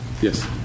Yes